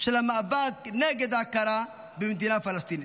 של המאבק נגד ההכרה במדינה פלסטינית.